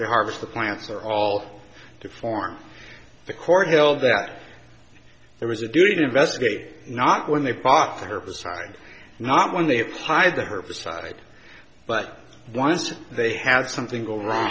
they harvest the plants are all to form the court held that there was a duty to investigate not when they bought the herbicide not when they had hired the herbicide but once they had something go wrong